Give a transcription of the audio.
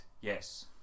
Yes